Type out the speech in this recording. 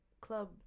club